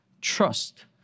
trust